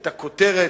את הכותרת,